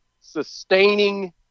sustaining